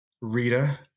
Rita